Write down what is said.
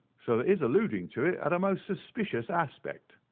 so that his alluding to it had a most suspicious aspect.